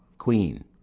queen.